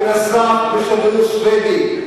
ונזף בשגרירות השבדית.